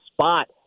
spot